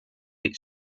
its